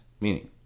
Meaning